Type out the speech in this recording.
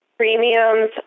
Premiums